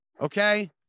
Okay